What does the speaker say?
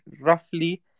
roughly